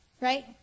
right